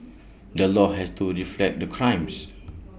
the law has to reflect the crimes